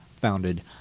founded